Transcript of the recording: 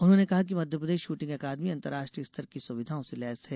उन्होने कहा है कि मध्यप्रदेश श्रृटिंग अकादमी अंतर्राष्ट्रीय स्तर की सुविधाओं से लैस है